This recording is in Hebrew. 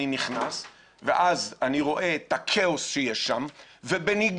אני נכנס ואז אני רואה את הכאוס שיש שם ובניגוד